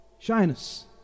Shyness